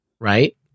right